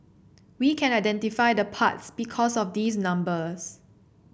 we can identify the parts because of these numbers